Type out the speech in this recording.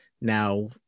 Now